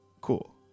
cool